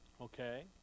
Okay